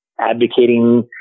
advocating